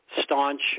staunch